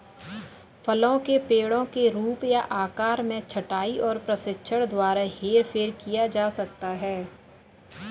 फलों के पेड़ों के रूप या आकार में छंटाई और प्रशिक्षण द्वारा हेरफेर किया जा सकता है